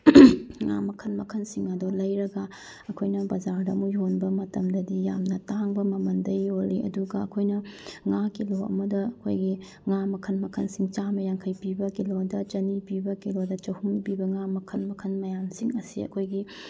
ꯉꯥ ꯃꯈꯟ ꯃꯈꯟꯁꯤꯡ ꯑꯗꯣ ꯂꯩꯔꯒ ꯑꯩꯈꯣꯏꯅ ꯕꯖꯥꯔꯗ ꯑꯃꯨꯛ ꯌꯣꯟꯕ ꯃꯇꯝꯗꯗꯤ ꯌꯥꯝꯅ ꯇꯥꯡꯕ ꯃꯃꯟꯗ ꯌꯣꯜꯂꯤ ꯑꯗꯨꯒ ꯑꯩꯈꯣꯏꯅ ꯉꯥ ꯀꯤꯂꯣ ꯑꯃꯗ ꯑꯩꯈꯣꯏꯒꯤ ꯉꯥ ꯃꯈꯟ ꯃꯈꯟꯁꯤꯡ ꯆꯥꯃ ꯌꯥꯡꯈꯩ ꯄꯤꯕ ꯀꯤꯂꯣꯗ ꯆꯅꯤ ꯄꯤꯕ ꯀꯤꯂꯣꯗ ꯆꯍꯨꯝ ꯄꯤꯕ ꯉꯥ ꯃꯈꯟ ꯃꯈꯟ ꯃꯌꯥꯝꯁꯤꯡ ꯑꯁꯤ ꯑꯩꯈꯣꯏꯒꯤ